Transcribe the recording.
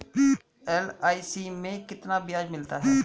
LIC में कितना ब्याज मिलता है?